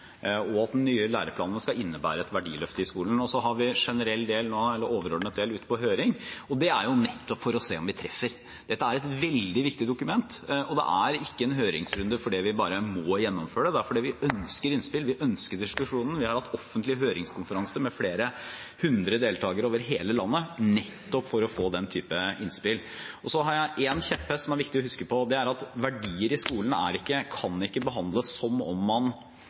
Vi har nå ny overordnet del ute på høring for å se om vi treffer. Dette er et veldig viktig dokument, og det er ikke en høringsrunde fordi vi bare må gjennomføre det, det er fordi vi ønsker innspill, vi ønsker diskusjonen. Vi har hatt offentlige høringskonferanser med flere hundre deltakere over hele landet nettopp for å få den type innspill. Jeg har én kjepphest som er viktig å huske på, og det er at verdier i skolen ikke kan behandles som om man